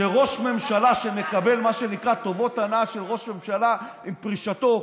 שראש ממשלה שמקבל מה שנקרא טובות הנאה של ראש ממשלה עם פרישתו,